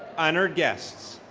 honored guests,